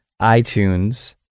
iTunes